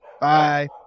Bye